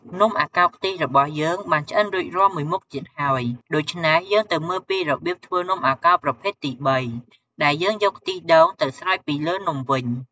នំអាកោរខ្ទិះរបស់យើងបានឆ្អិនរួចរាល់មួយមុខទៀតហើយ ដូច្នេះ យើងទៅមើលពីរបៀបធ្វើនំអាកោរប្រភេទទីបី ដែលយើងយកខ្ទិះដូងទៅស្រោចពីលើនំវិញ។